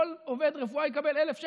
כל עובד רפואה יקבל 1,000 שקל,